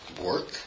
Work